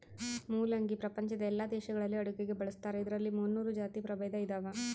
ಮುಲ್ಲಂಗಿ ಪ್ರಪಂಚದ ಎಲ್ಲಾ ದೇಶಗಳಲ್ಲಿ ಅಡುಗೆಗೆ ಬಳಸ್ತಾರ ಇದರಲ್ಲಿ ಮುನ್ನೂರು ಜಾತಿ ಪ್ರಭೇದ ಇದಾವ